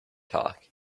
talk